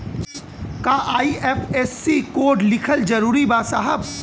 का IFSC code लिखल जरूरी बा साहब?